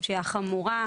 פשיעה חמורה.